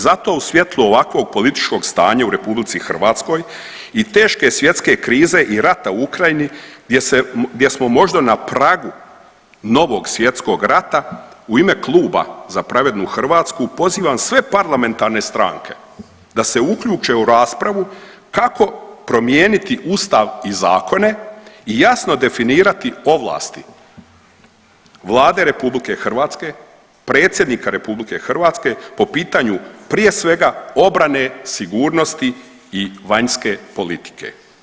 Zato u svjetlo ovakvog političkog stanja u RH i teške svjetske krize i rata u Ukrajini gdje smo možda na pragu novog svjetskog rata, u ime Kluba Za pravednu Hrvatsku pozivam sve parlamentarne stranke da se uključe u raspravu kako promijeniti Ustav i zakone i jasno definirati ovlasti Vlade RH, predsjednika RH po pitanju prije svega, obrane, sigurnosti i vanjske politike.